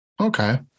Okay